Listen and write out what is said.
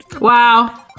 Wow